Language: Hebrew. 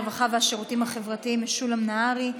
הרווחה והשירותים החברתיים משולם נהרי.